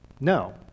No